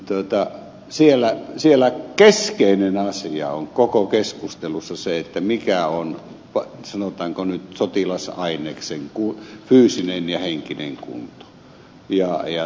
ja siellä keskeinen asia on koko keskustelussa se mikä on sanotaanko nyt sotilasaineksen fyysinen ja henkinen kunto